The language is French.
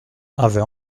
avait